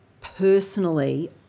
personally